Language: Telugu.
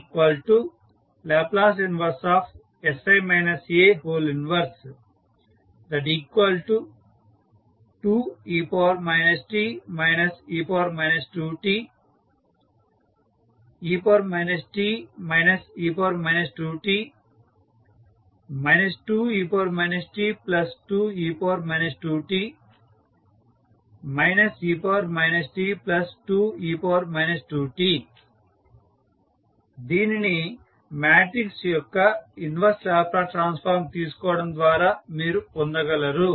tL 1sI A 12e t e 2t e t e 2t 2e t2e 2t e t2e 2t దీనిని మాట్రిక్స్ యొక్క ఇన్వర్స్ లాప్లాస్ ట్రాన్స్ఫార్మ్ తీసుకోవడం ద్వారా మీరు పొందగలరు